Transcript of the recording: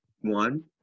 one